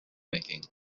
making